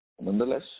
nonetheless